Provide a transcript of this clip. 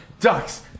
Ducks